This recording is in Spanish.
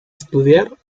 estudiar